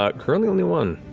ah currently, only one.